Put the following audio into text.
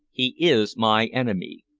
he is my enemy.